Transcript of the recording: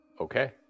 Okay